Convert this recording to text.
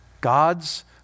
God's